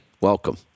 welcome